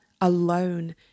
alone